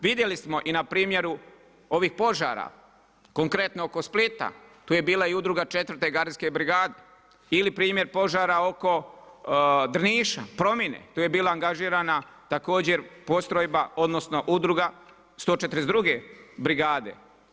Vidjeli smo i na primjeru ovih požara konkretno oko Splita, tu je bila i udruga 4. gardijske brigade ili primjer požara oko Drniša, Promine, tu je bila angažirana također postrojba odnosno udruga 142. brigade.